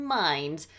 mind